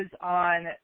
on